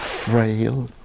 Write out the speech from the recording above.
Frail